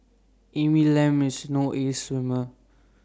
Amy Lam is no ace swimmer